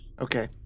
Okay